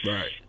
Right